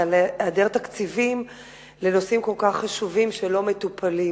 ועל היעדר תקציבים לנושאים כל כך חשובים שלא מטופלים,